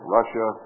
Russia